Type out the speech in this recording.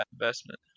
investment